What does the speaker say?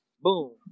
Boom